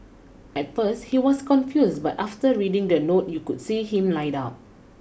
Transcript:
at first he was confused but after reading the note you could see him light up